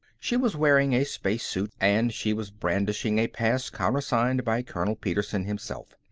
she was wearing a spacesuit, and she was brandishing a pass countersigned by colonel petersen himself.